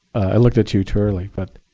i looked at you too early, but